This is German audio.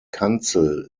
kanzel